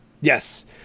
Yes